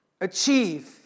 achieve